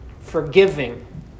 forgiving